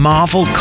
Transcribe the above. Marvel